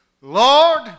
Lord